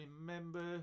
remember